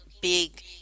big